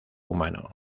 humano